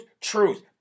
truth